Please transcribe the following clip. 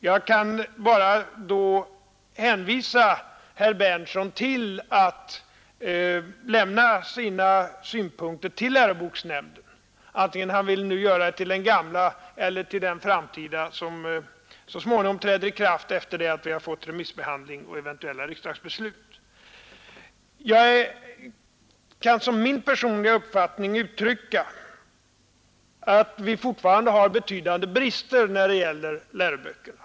Jag kan bara uppmana herr Berndtson att lämna sina synpunkter till läroboksnämnden, vare sig han vill göra det till den gamla eller till den framtida nämnden, som så småningom träder i funktion efter remissbehandling och eventuella riksdagsbeslut. Jag kan som min personliga uppfattning säga att vi fortfarande har betydande brister när det gäller läroböckerna.